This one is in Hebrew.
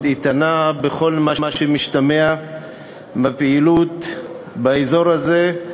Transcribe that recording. איתנה בכל מה שמשתמע מהפעילות באזור הזה,